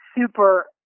super